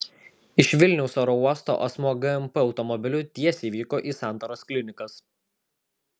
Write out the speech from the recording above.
iš vilniaus oro uosto asmuo gmp automobiliu tiesiai vyko į santaros klinikas